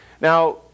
Now